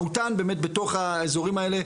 מהותן באמת בתוך האזורים האלה,